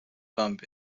bump